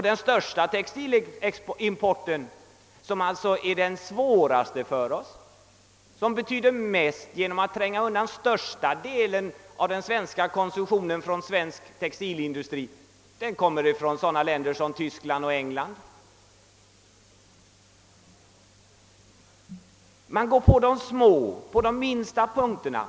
Den största textilimporten — den som alltså är besvärligast för oss och som tränger undan största delen av konsumtionen från svensk textilindustri — kommer från sådana länder som Tyskland och England. Man angriper de små!